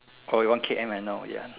oh you want K_M I know ya